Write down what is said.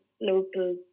local